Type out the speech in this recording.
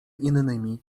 innymi